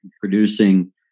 producing